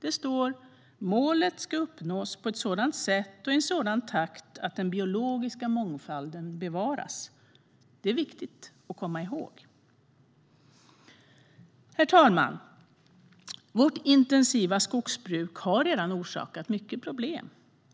Det står: "Målet skall uppnås på ett sådant sätt och i en sådan takt att den biologiska mångfalden bevaras." Det är viktigt att komma ihåg. Herr talman! Vårt intensiva skogsbruk har redan orsakat mycket problem.